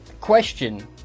question